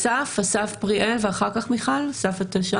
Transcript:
אסף פריאל, בקשה.